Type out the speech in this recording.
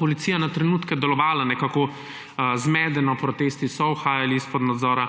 policija na trenutke delovala nekako zmedeno, protesti so uhajali izpod nadzora.